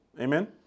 Amen